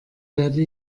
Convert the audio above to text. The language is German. werde